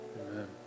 Amen